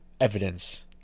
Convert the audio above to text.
evidence